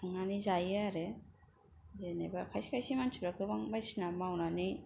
खुंनानै जायो आरो जेनेबा खायसे खायसे मानसिफोरा गोबां बायदिसिना मावनानै